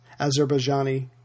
Azerbaijani